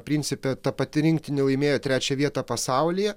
principe ta pati rinktinė laimėjo trečią vietą pasaulyje